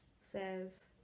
says